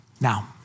Now